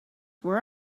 where